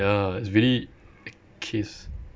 ya it's really a case